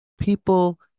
people